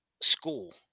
school